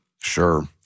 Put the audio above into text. Sure